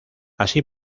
así